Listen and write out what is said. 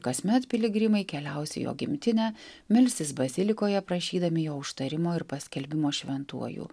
kasmet piligrimai keliaus į jo gimtinę melsis bazilikoje prašydami jo užtarimo ir paskelbimo šventuoju